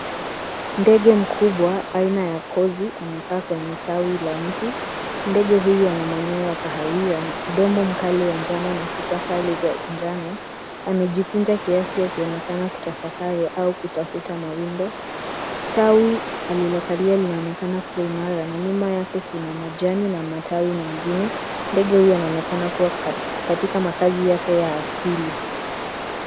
Ndege mkubwa aina ya kozi amekaa kwenye tawi la mti. Ndege huyu ana manyoya ya kahawia, mdomo mkali wa njano na kucha kali za njano. Amejikunja kiasi akionekana kutafakari au kutafuta mawindo. Tawi alilokalia linaonekana kuwa imara na nyuma yake kuna majani na matawi mengine. Ndege huyo anaonekana kuwa katika makazi yake ya asili.